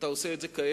אתה עושה את זה כעת,